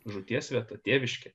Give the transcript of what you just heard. žūties vieta tėviškė